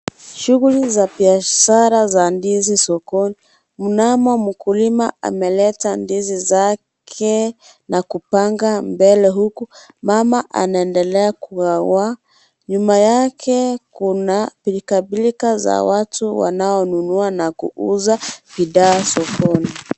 Shughuli za biashara za ndizi sokoni kunamo mkulima ameleta ndizi zake na kupanga mbele huku mama anaendelea kuwa nyuma yake kuna pilka pilka za watu wanaonunua kuuza bidhaa sokoni.